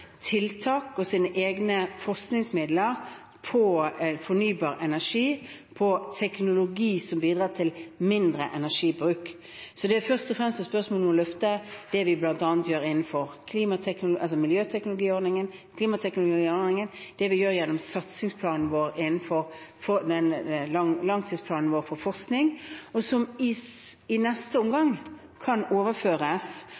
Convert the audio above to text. tiltak og sine egne forskningsmidler på fornybar energi, på teknologi som bidrar til mindre energibruk. Så det er først og fremst et spørsmål om å løfte det vi gjør bl.a. innenfor miljøteknologiordningen, klimateknologiordningen, det vi gjør gjennom langtidsplanen vår for forskning, og som i neste omgang kan overføres